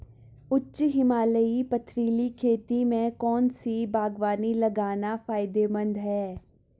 उच्च हिमालयी पथरीली खेती में कौन सी बागवानी लगाना फायदेमंद है?